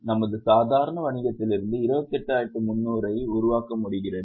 நமது சாதாரண வணிகத்திலிருந்து 28300 ஐ உருவாக்க முடிகிறது